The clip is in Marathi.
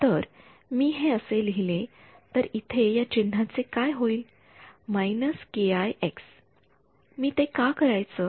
तर मी हे असे लिहिले तर इथे या चिन्हाचे काय होईल मी ते का करायचं